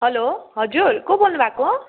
hello हजुर को बोल्नुभएको